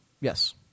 Yes